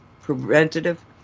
preventative